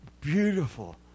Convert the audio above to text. beautiful